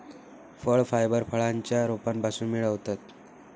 फळ फायबर फळांच्या रोपांपासून मिळवतत